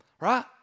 Right